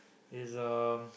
is a